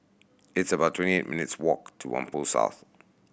it's about twenty eight minutes' walk to Whampoa South